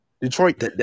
Detroit